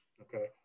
okay